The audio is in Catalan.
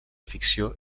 ficció